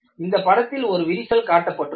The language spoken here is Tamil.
இந்த படத்தில் ஒரு விரிசல் காட்டப்பட்டுள்ளது